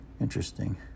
Interesting